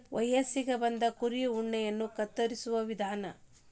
ವಯಸ್ಸಿಗೆ ಬಂದ ಕುರಿಯ ಉಣ್ಣೆಯನ್ನ ಕತ್ತರಿಸುವ ವಿಧಾನ